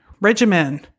regimen